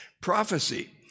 Prophecy